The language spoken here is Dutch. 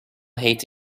heet